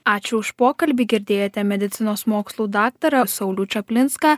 ačiū už pokalbį girdėjote medicinos mokslų daktarą saulių čaplinską